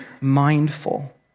mindful